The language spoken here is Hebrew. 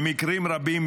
במקרים רבים,